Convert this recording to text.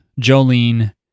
Jolene